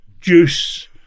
juice